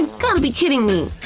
got to be kidding me!